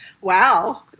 Wow